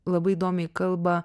labai įdomiai kalba